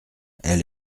elle